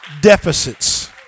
deficits